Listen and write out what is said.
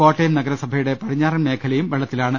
കോട്ടയം നഗരസഭ യുടെ പടിഞ്ഞാറൻ മേഖലയും വെള്ളത്തിലാണ്